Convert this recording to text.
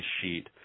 sheet